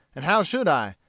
and how should i,